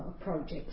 projects